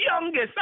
youngest